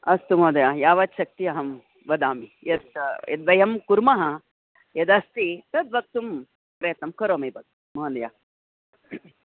अस्तु महोदय यावच्छक्ति अहं वदामि यत् यद् वयं कुर्मः यदस्ति तद्वक्तुं प्रयत्नं करोमि ब महोदय